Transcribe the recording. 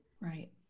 Right